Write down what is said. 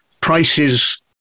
prices